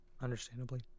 Understandably